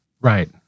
Right